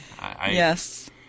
Yes